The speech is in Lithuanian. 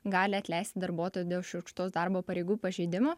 gali atleisti darbuotoją dėl šiurkštaus darbo pareigų pažeidimo